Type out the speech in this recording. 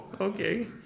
okay